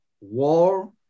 war